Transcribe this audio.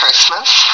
Christmas